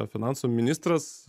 finansų ministras